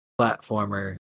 platformer